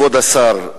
כבוד השר,